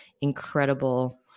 incredible